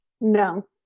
No